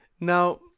Now